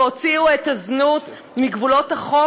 הוציאו את הזנות מגבולות והחוק